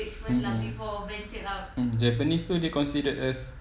mm mm mm japanese tu dia considered as